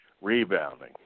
rebounding